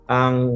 ang